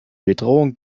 bedrohung